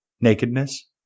Nakedness